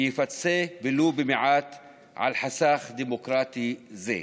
יפצה ולו במעט על חסך דמוקרטי זה.